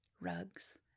rugs